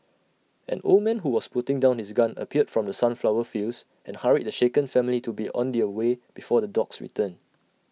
an old man who was putting down his gun appeared from the sunflower fields and hurried the shaken family to be on their way before the dogs return